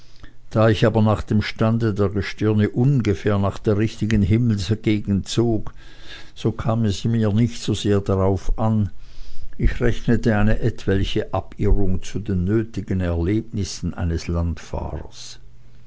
da ich aber nach dem stande der gestirne ungefähr nach der richtigen himmelsgegend zog so kam es mir nicht so sehr darauf an ich rechnete eine etwelche abirrung zu den nötigen erlebnissen eines